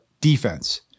defense